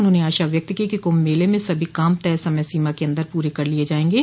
उन्होंने आशा व्यक्त की कि कुंभ मेले में सभी काम तय समय सीमा के अन्दर पूरे कर लिये जायेंगे